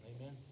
Amen